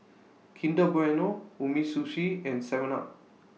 Kinder Bueno Umisushi and Seven up